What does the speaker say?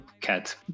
cat